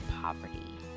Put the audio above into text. poverty